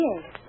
Yes